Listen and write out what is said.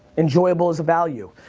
enjoyable is a value.